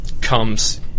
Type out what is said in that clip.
comes